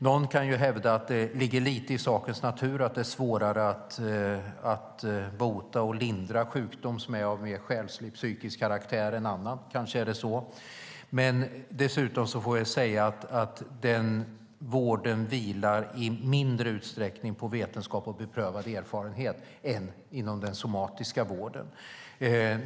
Någon kan hävda att det ligger lite i sakens natur att det är svårare att bota och lindra sjukdom som är av mer själslig, psykisk karaktär än annan, och kanske är det så. Dock får jag säga att den vården i mindre utsträckning än den somatiska vården vilar på vetenskap och beprövad erfarenhet.